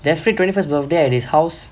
jeffrey twenty first birthday at his house